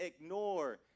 ignore